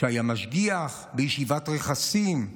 שהיה משגיח בישיבת כפר חסידים,